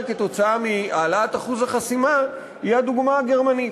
בגלל העלאת אחוז החסימה היא הדוגמה הגרמנית.